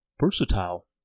versatile